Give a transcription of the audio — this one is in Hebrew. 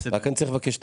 רק אני צריך לבקש?